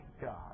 God